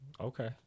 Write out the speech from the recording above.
Okay